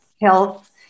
health